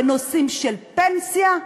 בנושאים של פנסיה?